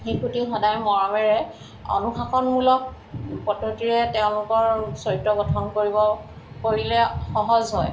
শিশুটি সদায় মৰমেৰে অনুশাসনমূলক পদ্ধতিৰে তেওঁলোকৰ চৰিত্ৰ গঠন কৰিব কৰিলে সহজ হয়